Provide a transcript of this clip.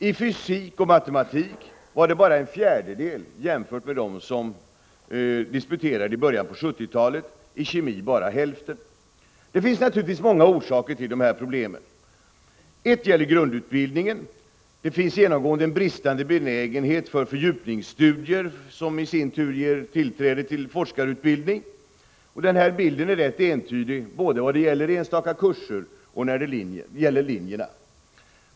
I fysik och matematik var det bara en fjärdedel jämfört med dem som disputerade i början på 1970-talet, i kemi bara hälften. Det finns naturligtvis många orsaker till dessa problem. Ett gäller grundutbildningen. Det finns genomgående en bristande benägenhet för fördjupningsstudier, som i sin tur ger tillträde till forskarutbildning. Denna bild är rätt entydig när det gäller både enstaka kurser och när det gäller linjer.